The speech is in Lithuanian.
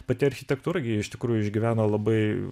pati architektūra gi iš tikrųjų išgyveno labai